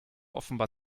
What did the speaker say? offenbar